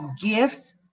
gifts